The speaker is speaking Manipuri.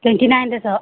ꯇ꯭ꯋꯦꯟꯇꯤ ꯅꯥꯏꯟꯗꯁꯨ